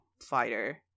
fighter